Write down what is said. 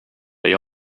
they